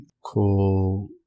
cool